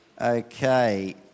Okay